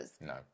No